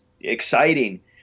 exciting